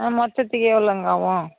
ஆ மொத்தத்துக்கும் எவ்வளோங்க ஆவும்